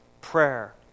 prayer